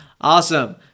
Awesome